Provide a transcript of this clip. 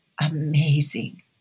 amazing